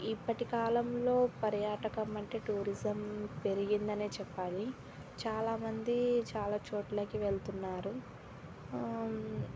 ఇప్పటి కాలంలో పర్యాటకం అంటే టూరిజం పెరిగింది అనే చెప్పాలి చాలామంది చాలా చోట్లకి వెళ్తున్నారు